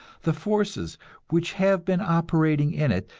the forces which have been operating in it,